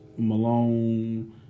Malone